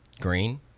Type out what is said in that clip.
Green